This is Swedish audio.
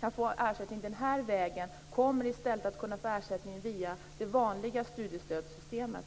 kan få ersättning den här vägen kommer i stället att kunna få ersättning via det vanliga studiestödssystemet.